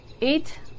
Eight